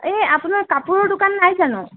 এই আপোনাৰ কাপোৰৰ দোকান নাই জানো